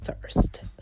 first